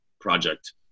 project